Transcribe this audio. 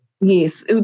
Yes